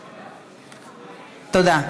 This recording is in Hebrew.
תודה.